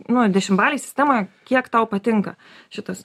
nu dešimbalėj sistemoj kiek tau patinka šitas